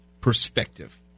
perspective